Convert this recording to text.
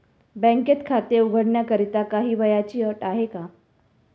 बँकेत खाते उघडण्याकरिता काही वयाची अट आहे का?